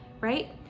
right